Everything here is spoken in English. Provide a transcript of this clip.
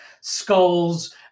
skulls